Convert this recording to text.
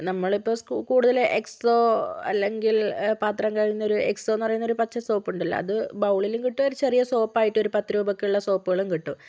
നമ്മളിപ്പോൾ കൂടുതൽ എക്സോ അല്ലെങ്കിൽ പാത്രം കഴുകുന്നൊരു എക്സോയെന്നു പറയുന്നൊരു പച്ച സോപ്പുണ്ടല്ലോ അത് ബൗളിലും കിട്ടും ഒരു ചെറിയ സോപ്പായിട്ട് ഒരു പത്തുരൂപക്കുള്ള സോപ്പുകളും കിട്ടും